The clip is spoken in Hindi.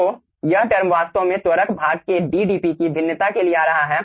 तो यह टर्म वास्तव में त्वरक भाग के d dP की भिन्नता के लिए आ रहा है